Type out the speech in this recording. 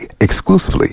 exclusively